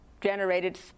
generated